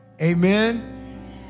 Amen